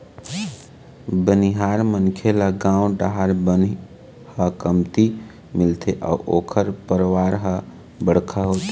बनिहार मनखे ल गाँव डाहर बनी ह कमती मिलथे अउ ओखर परवार ह बड़का होथे